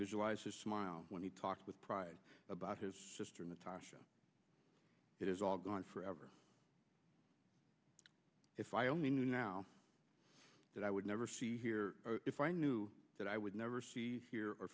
visualize his smile when he talks with pride about his sister natasha it is all gone forever if i only knew now that i would never see here if i knew that i would never see hear or